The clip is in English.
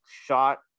shot